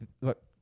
look